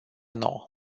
nouă